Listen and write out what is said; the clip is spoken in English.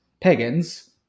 pagans